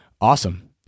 Awesome